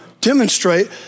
demonstrate